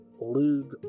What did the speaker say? Lug